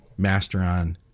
Masteron